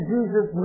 Jesus